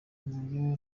uburyo